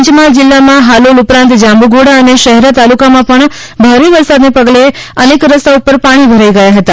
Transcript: પંચમહાલ જિલ્લામાં હાલોલ ઉપરાંત જાંબુઘોડા અને શહેરા તાલુકામાં ભારે વરસાદને પગલે અનેક રસ્તા ઉપર પાણી ભરાઈ ગયા હતા